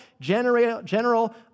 general